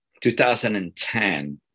2010